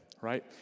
right